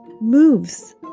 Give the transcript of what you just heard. moves